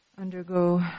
undergo